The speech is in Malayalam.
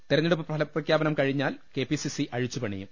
തെരഞ്ഞെടുപ്പ് ഫലപ്രഖ്യാപനം കഴിഞ്ഞാൽ കെപിസിസി അഴിച്ചുപണിയും